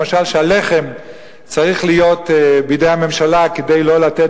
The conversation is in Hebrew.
למשל שהלחם צריך להיות בידי הממשלה כדי לא לתת